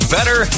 Better